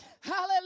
Hallelujah